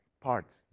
parts